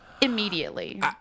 immediately